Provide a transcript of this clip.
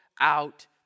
out